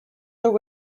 their